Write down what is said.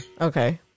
Okay